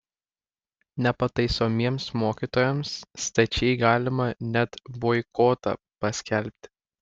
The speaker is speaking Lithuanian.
nepataisomiems mokytojams stačiai galima net boikotą paskelbti